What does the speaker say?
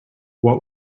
what